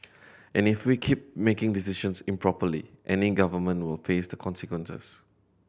and if we keep making decisions improperly any government will face the consequences